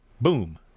Boom